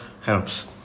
helps